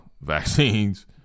vaccines